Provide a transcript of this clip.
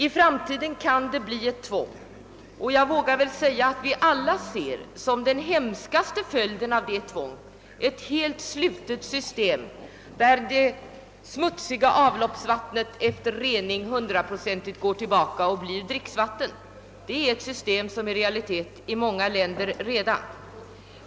I framtiden kan det bli ett tvång. Den hemskaste följden av ett sådant tvång anser vi nog alla vara ett helt slutet system, där allt smutsigt avloppsvatten efter rening går tillbaka för att användas som dricksvatten. En sådan ordning är redan en realitet i många länder.